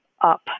up